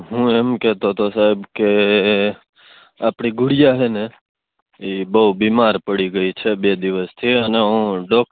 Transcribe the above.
હું એમ કેતો તો સાહેબ કે આપડી ગુડીયા હે ને ઈ બોવ બીમાર પડી ગઈ છે બે દિવસથી અને હું ડોક્ટર